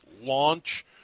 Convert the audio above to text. launch